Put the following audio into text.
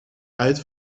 uit